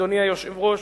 אדוני היושב-ראש,